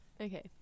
Okay